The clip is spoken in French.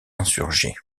insurgés